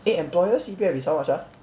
eh employer C_P_F is how much ah